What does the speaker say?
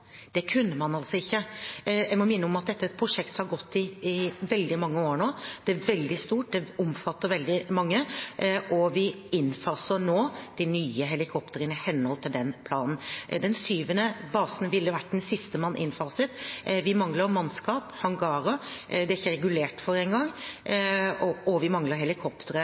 Det kunne man altså ikke. Jeg må minne om at dette er et prosjekt som har gått i veldig mange år nå. Det er veldig stort, det omfatter veldig mange, og vi innfaser nå de nye helikoptrene i henhold til den planen. Den syvende basen ville vært den siste man innfaset. Vi mangler mannskap, hangarer – det er det ikke engang regulert for – og vi mangler helikoptre.